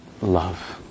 love